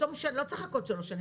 לא צריך לחכות שלוש שנים,